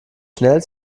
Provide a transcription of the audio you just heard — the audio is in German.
schnell